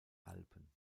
alpen